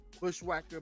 bushwhacker